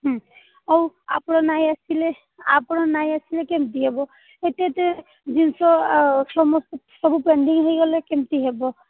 ଆଉ ଆପଣ ନାହିଁ ଆସିଲେ ଆପଣ ନାହିଁ ଆସିଲେ କେମିତି ହେବ ଏତେ ଏତେ ଜିନିଷ ସମସ୍ତେ ସବୁ ପେଣ୍ଡିଂ ହୋଇଗଲେ କେମିତି ହେବ